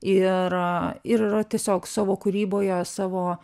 ir ir yra tiesiog savo kūryboje savo